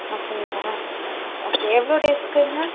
அப்படிங்களா ஓகே எவ்வளோ டேஸ்க்குங்க